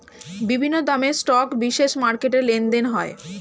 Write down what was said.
বিভিন্ন দামের স্টক বিশেষ মার্কেটে লেনদেন হয়